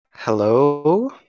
Hello